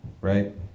right